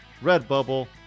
Redbubble